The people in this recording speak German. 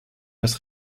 das